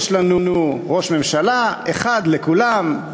יש לנו ראש ממשלה אחד לכולם,